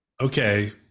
okay